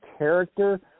character